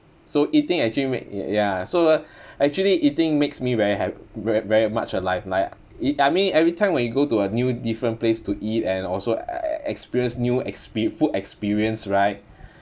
so eating actually make it ya so actually eating makes me very ha~ very very much alive like I mean every time when you go to a new different place to eat and also experience new expe~ food experience right